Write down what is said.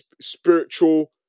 spiritual